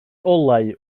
olau